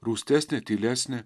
rūstesnė tylesnė